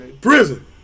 Prison